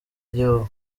igihugu